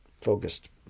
focused